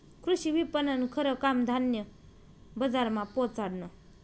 कृषी विपणननं खरं काम धान्य बजारमा पोचाडनं